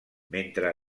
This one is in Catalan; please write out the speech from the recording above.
mentre